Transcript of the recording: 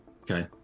Okay